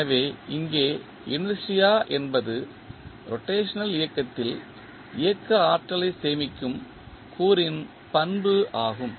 எனவே இங்கே இனர்ஷியா என்பது ரொட்டேஷனல் இயக்கத்தில் இயக்க ஆற்றலை சேமிக்கும் கூறின் பண்பு ஆகும்